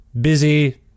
Busy